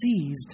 seized